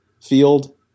field